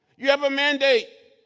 you have a mandate,